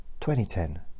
2010